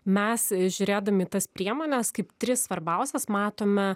mes žiūrėdami į tas priemones kaip tris svarbiausias matome